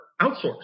outsource